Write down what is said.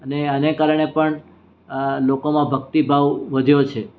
અને આને કારણે પણ લોકોમાં ભક્તિ ભાવ વધ્યો છે